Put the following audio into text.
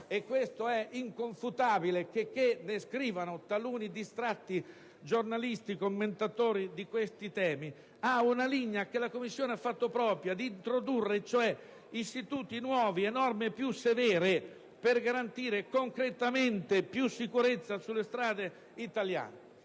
e questo è inconfutabile, nonostante ciò che scrivono taluni distratti giornalisti, commentatori di questi temi - ad una linea che la Commissione ha fatto propria: introdurre istituti nuovi e norme più severe per garantire concretamente più sicurezza sulle strade italiane.